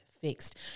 fixed